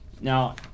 Now